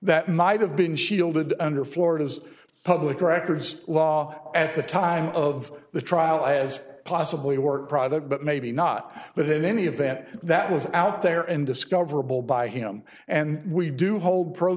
that might have been shielded under florida's public records law at the time of the trial as possibly work product but maybe not but in any event that was out there and discoverable by him and we do hold pro